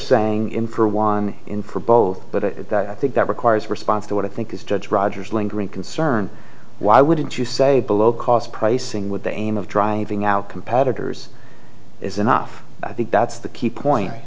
saying in for a one in for both but i think that requires response to what i think is judge rogers lingering concern why wouldn't you say below cost pricing with the aim of driving out competitors is enough i think that's the key point